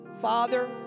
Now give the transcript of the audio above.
Father